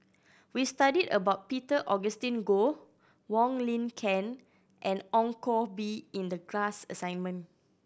we studied about Peter Augustine Goh Wong Lin Ken and Ong Koh Bee in the class assignment